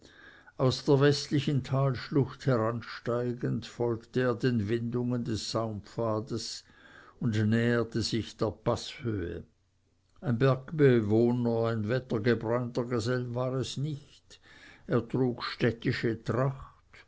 aus der westlichen talschlucht heransteigend folgte er den windungen des saumpfades und näherte sich der paßhöhe ein bergbewohner ein wettergebräunter gesell war es nicht er trug städtische tracht